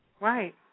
Right